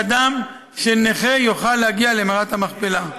שאדם נכה יוכל להגיע למערת המכפלה.